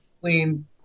clean